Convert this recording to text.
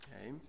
okay